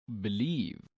believe